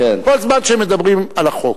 כל זמן שהם מדברים על החוק.